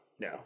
no